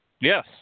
Yes